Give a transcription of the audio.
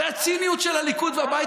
והציניות של הליכוד והבית